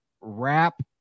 rap